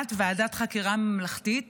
להקמת ועדת חקירה ממלכתית